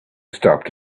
stopped